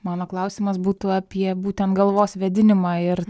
mano klausimas būtų apie būtent galvos vėdinimą ir